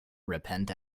repent